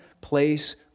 place